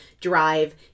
drive